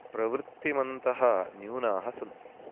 प्रवृत्तिमन्तः न्यूनाः सन्ति